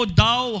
thou